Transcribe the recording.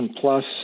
Plus